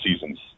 season's